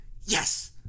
yes